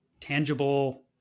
tangible